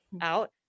out